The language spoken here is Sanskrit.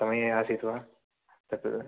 समये आसीत् वा तत्